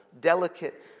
delicate